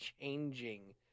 changing